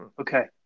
okay